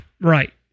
right